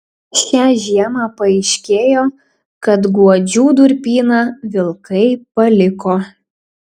šią žiemą paaiškėjo kad guodžių durpyną vilkai paliko